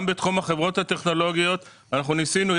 גם בתחום החברות הטכנולוגיות אנחנו ניסינו,